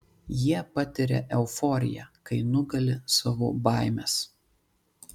jie patiria euforiją kai nugali savo baimes